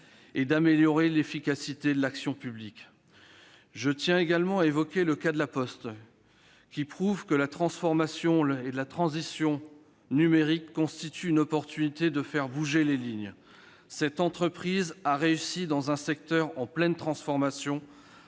et d'améliorer l'efficacité de l'action publique. Je tiens également à évoquer le cas de La Poste, qui prouve que la transition numérique constitue une occasion de faire bouger les lignes. Cette entreprise a réussi, dans un secteur en pleine transformation,